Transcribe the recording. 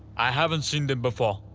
i haven't seen them before.